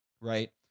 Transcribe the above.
Right